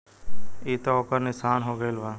ई त ओकर निशान हो गईल बा